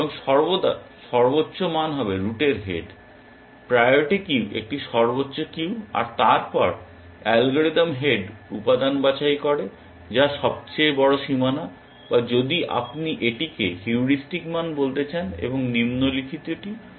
এবং সর্বদা সর্বোচ্চ মান হবে রুটের হেড প্রায়োরিটি কিউ একটি সর্বোচ্চ কিউ আর তারপর অ্যালগরিদম হেড উপাদান বাছাই করে যা সবচেয়ে বড় সীমানা বা যদি আপনি এটিকে হিউরিস্টিক মান বলতে চান এবং নিম্নলিখিতটি করে